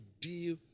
deal